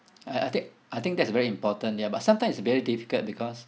I I think I think that's very important ya but sometimes it's very difficult because